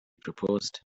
proposed